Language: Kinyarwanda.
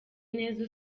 neza